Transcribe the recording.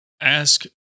ask